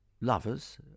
lovers